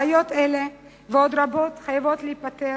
בעיות אלה ועוד רבות חייבות להיפתר,